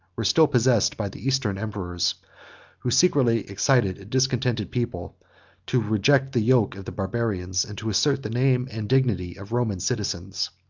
were still possessed by the eastern emperors who secretly excited a discontented people to reject the yoke of the barbarians, and to assert the name and dignity of roman citizens.